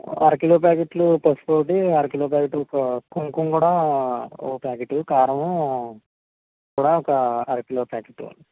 ఒక అరకిలో ప్యాకెట్లు పసుపు అరకిలో ప్యాకెటు ఒక కుంకుమ కూడా ఒక ప్యాకెట్టు కారం కూడా ఒక అరకిలో ప్యాకెట్ ఇవ్వండి